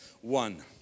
One